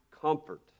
comfort